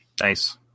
Nice